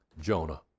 Jonah